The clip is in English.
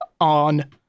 on